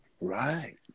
Right